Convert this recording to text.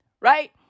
Right